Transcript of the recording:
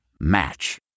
Match